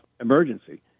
emergency